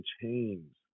Chains